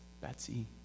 Betsy